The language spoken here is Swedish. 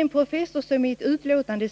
En professor skriver i ett utlåtande: